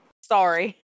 Sorry